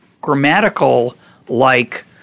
grammatical-like